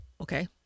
Okay